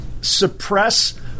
suppress